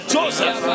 Joseph